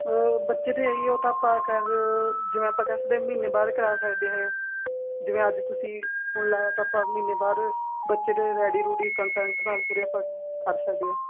ਬੱਚੇ 'ਤੇ ਆ ਜੀ ਉਹ ਤਾਂ ਆਪਾਂ ਕਰ ਜਿਵੇਂ ਆਪਾਂ ਕਹਿ ਸਕਦੇ ਹਾਂ ਮਹੀਨੇ ਬਾਅਦ ਕਰਾ ਸਕਦੇ ਹੈਗੇ ਜਿਵੇਂ ਅੱਜ ਤੁਸੀਂ ਹੁਣ ਲਾਇਆ ਤਾਂ ਆਪਾਂ ਮਹੀਨੇ ਬਾਅਦ ਬੱਚੇ ਦੇ ਰੈਡੀ ਰੂਡੀ ਕੰਸੈਂਟ ਨਾਲ ਪੂਰੇ ਆਪਾਂ ਕਰ ਸਕਦੇ ਹਾਂ